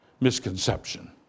misconception